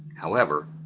however,